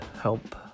help